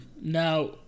Now